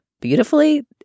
beautifully